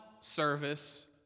service